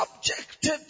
subjected